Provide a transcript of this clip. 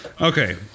Okay